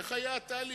איך היה התהליך?